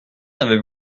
n’avez